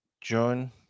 join